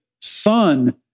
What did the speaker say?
son